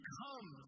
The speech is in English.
come